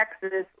Texas